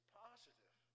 positive